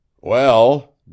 Well